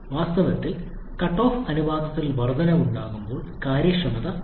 വാസ്തവത്തിൽ കട്ട്ഓഫ് അനുപാതത്തിൽ വർദ്ധനവുണ്ടാകുമ്പോൾ കാര്യക്ഷമത കുറയുന്നു